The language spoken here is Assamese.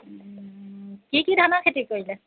কি কি ধানৰ খেতি কৰিলে